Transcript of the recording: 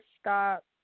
stop